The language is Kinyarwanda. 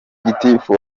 gitifu